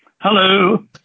Hello